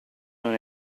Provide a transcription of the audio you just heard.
non